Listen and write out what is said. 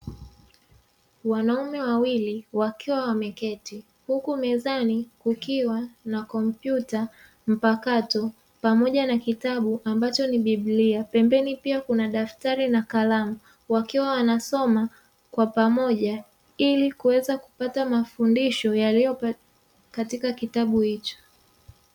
Wanaume wawili wakiwa wameketi, huku mezani kukiwa na kompyuta mpakato pamoja na kitabu ambacho ni biblia, pembeni pia kuna daftari na kalamu wakiwa wanasoma kwa pamoja, ili kuweza kupata mafundisho yaliyo katika kitabu hicho.